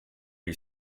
you